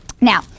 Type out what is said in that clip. Now